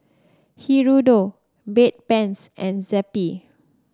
Hirudoid Bedpans and Zappy